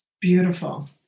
Beautiful